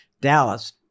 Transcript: Dallas